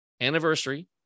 anniversary